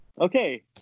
Okay